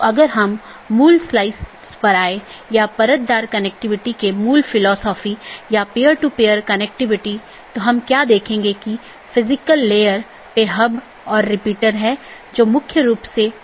जैसे अगर मै कहूं कि पैकेट न 1 को ऑटॉनमस सिस्टम 6 8 9 10 या 6 8 9 12 और उसके बाद गंतव्य स्थान पर पहुँचना चाहिए तो यह ऑटॉनमस सिस्टम का एक क्रमिक सेट है